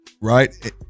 right